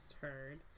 heard